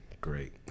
Great